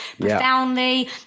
profoundly